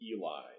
Eli